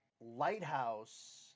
Lighthouse